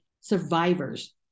survivors